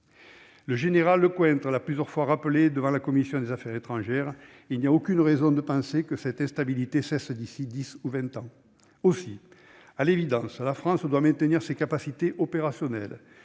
Le général Lecointre l'a plusieurs fois rappelé devant notre commission des affaires étrangères :« Il n'y a aucune raison de penser que cette instabilité cesse d'ici dix ou vingt ans. » Aussi, à l'évidence, la France doit-elle maintenir ses capacités opérationnelles.